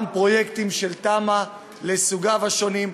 גם פרויקטים של תמ"א לסוגיה השונים,